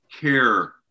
care